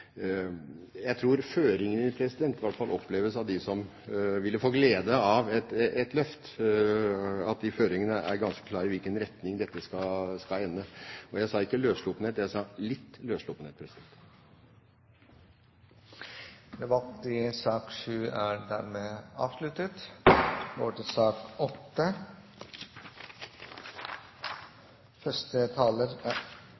Jeg tror at føringene her, i hvert fall for dem som ville få glede av et løft, oppleves som å være ganske klare med hensyn til i hvilken retning dette skal gå. Og jeg sa ikke «løssluppenhet», jeg sa «litt løssluppenhet». Flere har ikke bedt om ordet til sak